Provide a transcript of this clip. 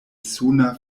suna